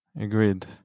agreed